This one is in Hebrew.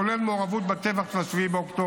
כולל מעורבות של עובדי אונר"א עצמם בטבח ב-7 באוקטובר,